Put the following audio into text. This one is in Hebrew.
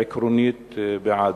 עקרונית בעד,